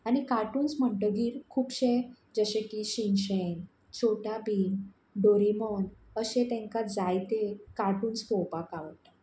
आनी काटुन्स म्हणटगीर खुबशे जशे की Shin Chan Chhota Bheem Doraemon अशे तांकां जायते काटुन्स पळोवपाक आवडटा